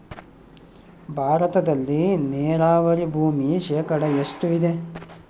ಭಾರತದಲ್ಲಿ ನೇರಾವರಿ ಭೂಮಿ ಶೇಕಡ ಎಷ್ಟು ಇದೆ?